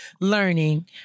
learning